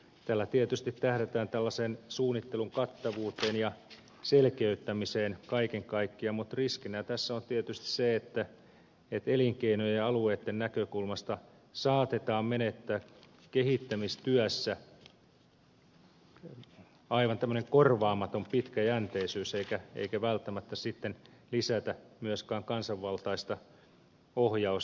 tällä tietysti tähdätään suunnittelun kattavuuteen ja selkeyttämiseen kaiken kaikkiaan mutta riskinä tässä on tietysti se että elinkeinojen ja alueitten näkökulmasta saatetaan menettää kehittämistyössä aivan korvaamaton pitkäjänteisyys eikä välttämättä sitten lisätä myös kään kansanvaltaista ohjausta